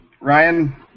Ryan